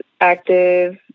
active